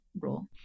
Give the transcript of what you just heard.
rule